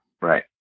Right